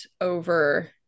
over